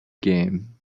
game